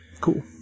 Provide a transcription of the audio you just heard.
Cool